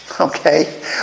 okay